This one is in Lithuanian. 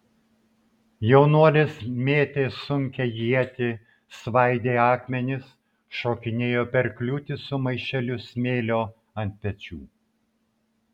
jaunuolis mėtė sunkią ietį svaidė akmenis šokinėjo per kliūtis su maišeliu smėlio ant pečių